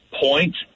point